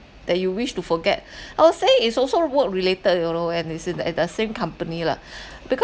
that you wish to forget I will say it's also work related you know and it's in at the same company lah because